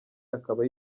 akaba